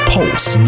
Pulse